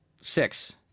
six